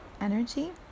energy